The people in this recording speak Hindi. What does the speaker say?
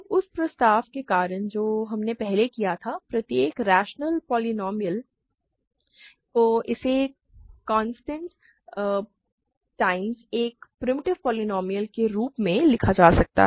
अब उस प्रस्ताव के कारण जो हमने पहले किया था प्रत्येक रैशनल पोलीनोमिअल को इसके कॉन्टेंट टाइम्स एक प्रिमिटिव पोलीनोमिअल के रूप में लिखा जा सकता है